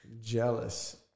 Jealous